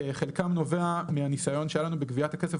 חלקם נובע מהניסיון שהיה לנו בגביית הכסף